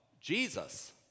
Jesus